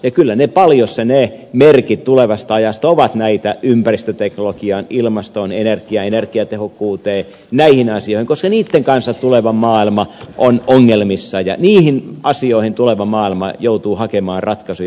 ja kyllä ne merkit tulevasta ajasta paljossa ovat näitä ympäristöteknologiaan ilmastoon energiaan energiatehokkuuteen näihin asioihin liittyviä koska niitten kanssa tuleva maailma on ongelmissa ja niihin asioihin tuleva maailma joutuu hakemaan ratkaisuja